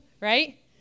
right